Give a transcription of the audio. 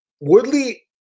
Woodley